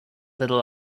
little